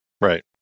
Right